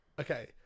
Okay